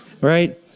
right